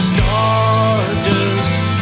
Stardust